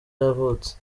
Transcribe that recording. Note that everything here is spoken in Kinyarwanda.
yavutse